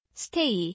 stay